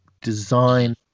design